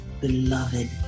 Beloved